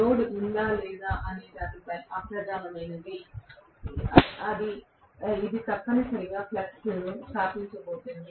load ఉందా లేదా అనేది అప్రధానమైనది ఇది తప్పనిసరిగా ఫ్లక్స్ను స్థాపించబోతోంది